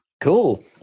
cool